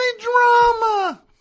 Drama